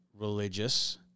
religious